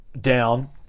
down